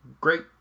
great